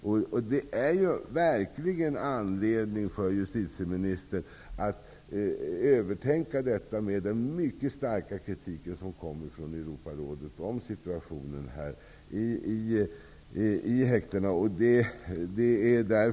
Justitieministern har verkligen anledning att tänka över detta, med hänsyn till den mycket starka kritiken från Europarådet om situationen i häktena.